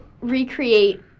recreate